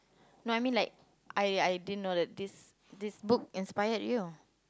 no I mean I like I I didn't know that this this book inspired you